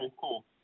cool